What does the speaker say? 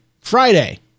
Friday